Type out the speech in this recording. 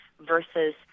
versus